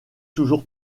toujours